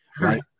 Right